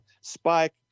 Spike